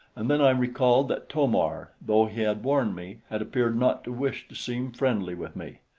and then i recalled that to-mar, though he had warned me, had appeared not to wish to seem friendly with me.